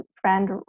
friend